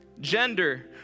gender